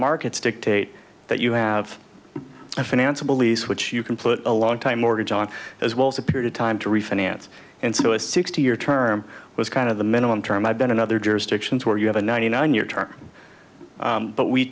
markets dictate that you have to finance a police which you can put a lot of time mortgage on as well as a period of time to refinance and so a sixty year term was kind of the minimum term i've been in other jurisdictions where you have a ninety nine year term but we